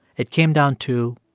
it came down to,